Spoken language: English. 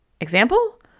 Example